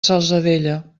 salzadella